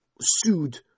sued